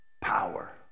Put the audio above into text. power